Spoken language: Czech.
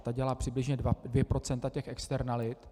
Ta dělá přibližně 2 % těch externalit.